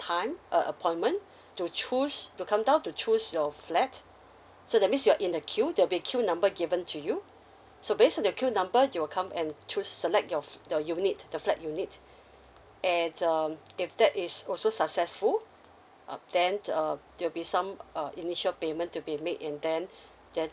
time err appointment to choose to come down to choose your flat so that means you're in the queue there'll be a queue number given to you so based on the queue number you will come and choose select your the unit the flat unit and um if that is also successful uh then um there'll be some err initial payment to be made and then there